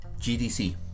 gdc